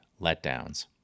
letdowns